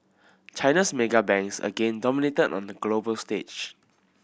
China's mega banks again dominated on the global stage